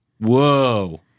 whoa